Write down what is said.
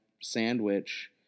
Sandwich